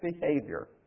behavior